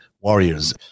warriors